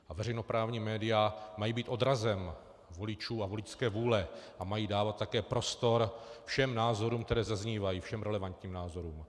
A veřejnoprávní média mají být odrazem voličů a voličské vůle a mají dávat také prostor všem názorům, které zaznívají, všem relevantním názorům.